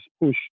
pushed